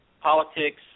politics